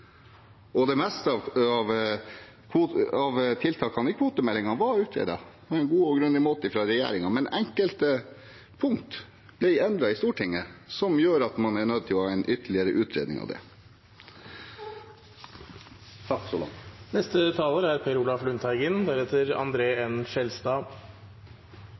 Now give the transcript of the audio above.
av tiltakene i kvotemeldingen var utredet på en god og grundig måte fra regjeringen, men enkelte punkter ble endret i Stortinget, noe som gjør at man må ha en ytterligere utredning. Senterpartiets forslag nr. 2 er